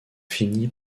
fini